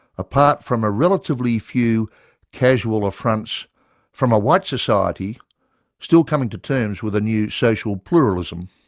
apart from a relatively few casual affronts from a white society still coming to terms with a new social pluralism,